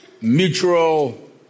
mutual